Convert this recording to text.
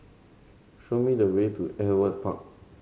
show me the way to Ewart Park